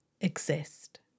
exist